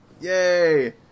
Yay